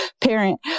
parent